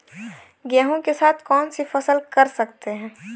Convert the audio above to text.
गेहूँ के साथ कौनसी फसल कर सकते हैं?